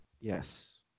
Yes